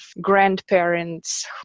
grandparents